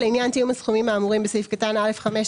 לעניין תיאום הסכומים האמורים בסעיף קטן (א)(5)